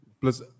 plus